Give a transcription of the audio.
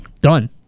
Done